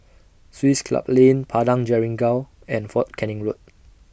Swiss Club Lane Padang Jeringau and Fort Canning Road